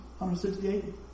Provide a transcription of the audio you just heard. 168